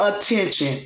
attention